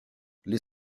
les